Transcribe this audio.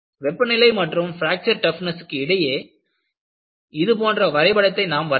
வெப்பநிலை மற்றும் fracture toughness க்கு இடையே இது போன்ற வரைபடத்தை நாம் வரையலாம்